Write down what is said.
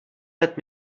let